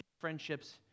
friendships